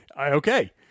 Okay